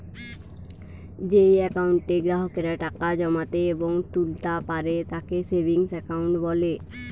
যেই একাউন্টে গ্রাহকেরা টাকা জমাতে এবং তুলতা পারে তাকে সেভিংস একাউন্ট বলে